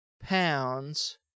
pounds